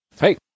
Hey